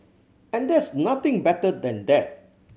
and there's nothing better than that